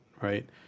right